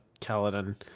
Kaladin